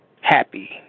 happy